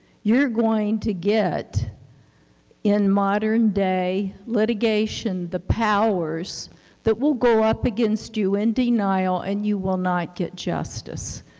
you're you're going to get in modern day litigation the powers that will go up against you in denial, and you will not get justice.